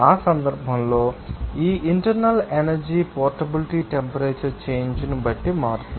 ఆ సందర్భంలో ఈ internal energy portability temperature change ను బట్టి మారుతుంది